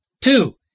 Two